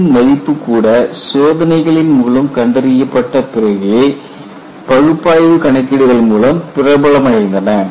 G ன் மதிப்பு கூட சோதனைகளின் மூலம் கண்டறியப்பட்ட பிறகே பகுப்பாய்வு கணக்கீடுகள் மிகவும் பிரபலமடைந்தன